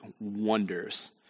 wonders